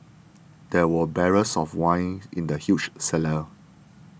there were barrels of wine in the huge cellar